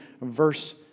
verse